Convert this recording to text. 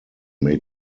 may